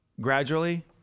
Gradually